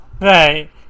Right